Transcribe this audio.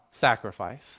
sacrifice